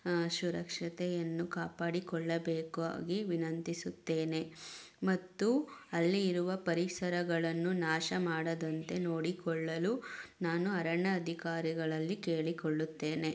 ಸುರಕ್ಷತೆಯನ್ನು ಕಾಪಾಡಿಕೊಳ್ಳಬೇಕಾಗಿ ವಿನಂತಿಸುತ್ತೇನೆ ಮತ್ತು ಅಲ್ಲಿ ಇರುವ ಪರಿಸರಗಳನ್ನು ನಾಶಮಾಡದಂತೆ ನೋಡಿಕೊಳ್ಳಲು ನಾನು ಅರಣ್ಯ ಅಧಿಕಾರಿಗಳಲ್ಲಿ ಕೇಳಿಕೊಳ್ಳುತ್ತೇನೆ